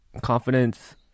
confidence